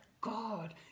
God